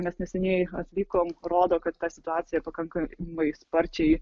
mes neseniai atlikom rodo kad ta situacija pakankamai sparčiai